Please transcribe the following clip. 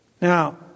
Now